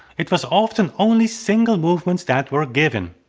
it was often only single movements that were given.